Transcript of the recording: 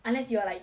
unless you are like